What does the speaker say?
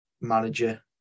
manager